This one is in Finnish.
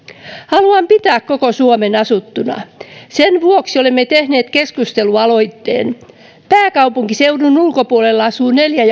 haluan pitää koko suomen asuttuna sen vuoksi olemme tehneet keskustelualoitteen pääkaupunkiseudun ulkopuolella asuu neljä